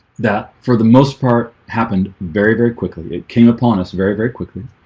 that for the most part happened very very quickly. it came upon us very very quickly